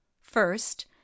First